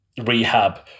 rehab